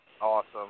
Awesome